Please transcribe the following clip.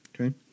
Okay